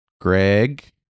Greg